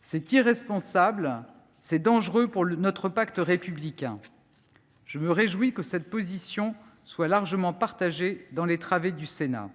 C’est irresponsable et dangereux pour notre pacte républicain ; je me réjouis que cette position soit largement partagée sur les travées du Sénat.